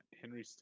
Henry